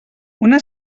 una